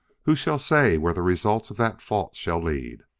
who shall say where the results of that fault shall lead?